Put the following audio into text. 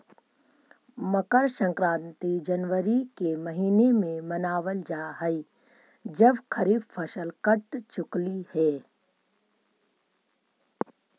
मकर संक्रांति जनवरी के महीने में मनावल जा हई जब खरीफ फसल कट चुकलई हे